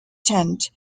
tent